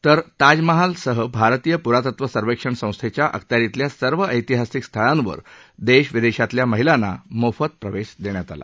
तर ताजमहलासह भारतीय पुरातत्व सर्वेक्षण संस्थेच्या अखत्यारितल्या सर्व ऐतिहासिक स्थळांवर देश विदेशातल्या महिलांना मोफत प्रवेश देण्यात आला